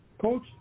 Coach